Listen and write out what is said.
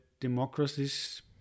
democracies